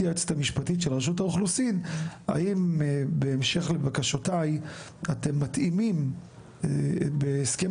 היועצת המשפטית של רשות האוכלוסין הם בהמשך לבקשותיי אתם מתאימים בהסכם